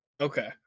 Okay